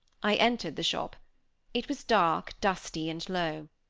i entered the shop it was dark, dusty, and low.